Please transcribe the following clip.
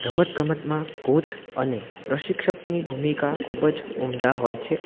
રમતગમતમાં કોચ અને પ્રશિક્ષકની ભૂમિકા ખૂબ જ ઉમદા હોય છે